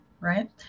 right